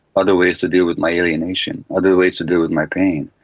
other ways to deal with my alienation, other ways to deal with my pain,